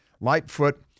Lightfoot